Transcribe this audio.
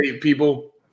people